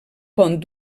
pont